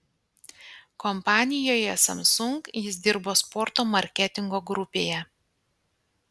kompanijoje samsung jis dirbo sporto marketingo grupėje